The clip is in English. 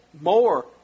more